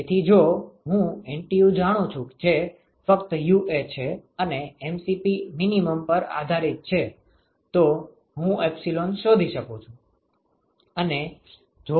તેથી જો હું NTU જાણું છું જે ફક્ત UA છે અને mCp પર આધારિત છે તો હું એપ્સીલોન શોધી શકું છું